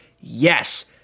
Yes